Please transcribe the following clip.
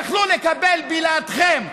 יכלו לקבל בלעדיכם.